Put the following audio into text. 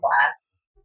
class